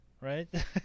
Right